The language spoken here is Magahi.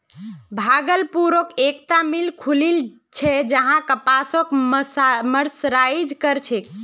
भागलपुरत एकता मिल खुलील छ जहां कपासक मर्सराइज कर छेक